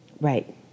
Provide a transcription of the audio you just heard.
right